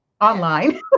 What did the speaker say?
online